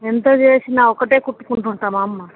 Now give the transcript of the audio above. ఎంత చేసిన ఒకటే కుట్టుకుంటు ఉంటావా అమ్మ